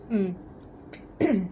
mm